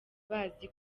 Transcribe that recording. bazi